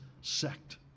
sect